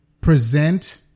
present